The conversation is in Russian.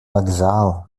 вокзал